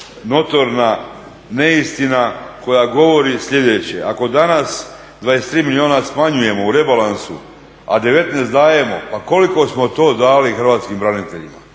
notorna neistina koja govori sljedeće. Ako danas 23 milijuna smanjujemo u rebalansu, a 19 dajemo, pa koliko smo to dali hrvatskim braniteljima